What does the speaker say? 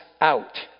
out